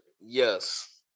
Yes